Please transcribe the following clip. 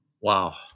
Wow